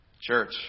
Church